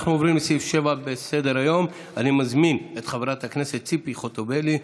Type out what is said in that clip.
אנחנו עוברים לסעיף 7 בסדר-היום: אני מזמין את חברת הכנסת ציפי חוטובלי,